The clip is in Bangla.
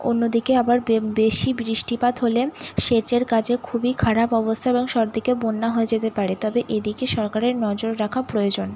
অন্য দিকে আবার বে বেশি বৃষ্টিপাত হলে সেচের কাজে খুবই খারাপ অবস্থা এবং সব দিকে বন্যা হয়ে যেতে পারে তবে এদিকে সরকারের নজর রাখা প্রয়োজন